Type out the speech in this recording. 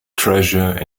treasure